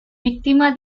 víctima